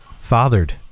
fathered